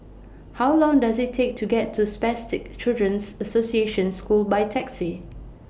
How Long Does IT Take to get to Spastic Children's Association School By Taxi